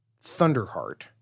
Thunderheart